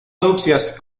nupcias